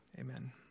Amen